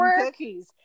cookies